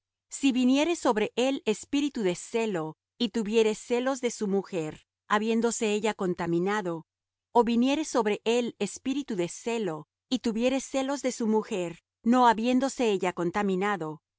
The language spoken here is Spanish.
si viniere sobre él espíritu de celo y tuviere celos de su mujer habiéndose ella contaminado ó viniere sobre él espíritu de celo y tuviere celos de su mujer no habiéndose ella contaminado